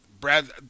Brad